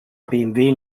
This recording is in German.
bmw